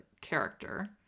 character